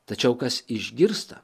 tačiau kas išgirsta